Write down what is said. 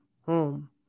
home